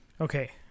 Okay